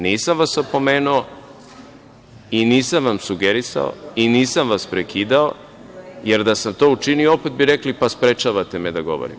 Nisam vas opomenuo i nisam vam sugerisao i nisam vas prekidao, jer da sam to učinio, opet biste rekli – pa, sprečavate me da govorim.